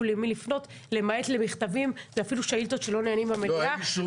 למעט במכתבים ואפילו שאילתות שלא נענו במליאה.